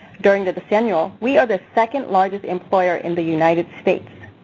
during the decennial, we are the second largest employer in the united states.